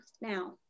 now